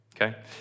okay